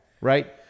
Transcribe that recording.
right